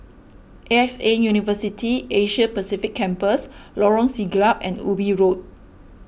A X A University Asia Pacific Campus Lorong Siglap and Ubi Road